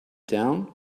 down